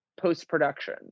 post-production